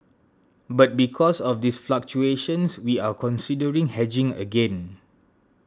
but because of these fluctuations we are considering hedging again